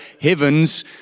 heavens